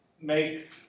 make